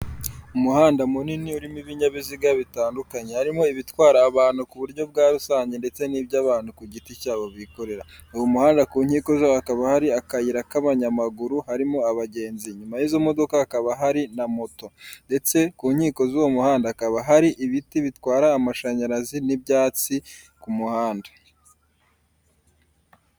Umuhanda munini urimo ibinyabiziga bitandukanye, harimo ibitwara abantu ku buryo bwa rusange ndetse n'iby'abantu ku giti cyabo bikorera. Uyu muhanda ku nkiko za wo hakaba hari akayira k'abanyamaguru harimo abagenzi, inyuma y'izo modoka hakaba hari na moto ndetse ku nkiko z'uwo muhanda hakaba hari ibiti bitwara amashanyarazi n'ibyatsi ku muhanda.